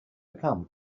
become